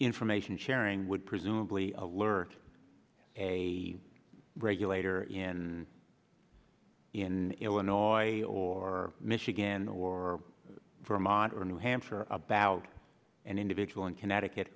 information sharing would presumably alert a regulator in in illinois or michigan or for modern new hampshire about an individual in connecticut